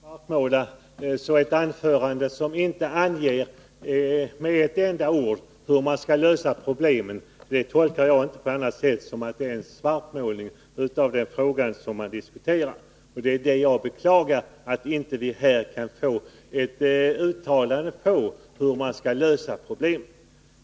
Herr talman! Ja, jag sade svartmåla. Ett anförande i vilket det inte med ett enda ord anges hur man skall lösa problemen tolkar jag inte på annat sätt än som en svartmålning. Jag beklagar att vi här inte kan få något uttalande om hur man skall lösa problemen.